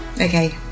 Okay